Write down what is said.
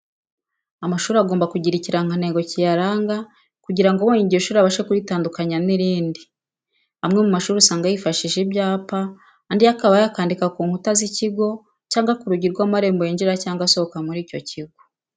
Amashuri agomba kugira ikirangantego kiyaranga kugra ngo ubonye iryo shuri abashe kuritandukanya n'irindi. Amwe mu mashuri usanga yifashishisha ibyapa, andi yo akaba yakwandika ku nkuta z'ikigo cyangwa ku rugi rw'amarembo yinjira cyangwa asohoka muri icyo kigo.